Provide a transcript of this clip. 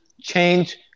change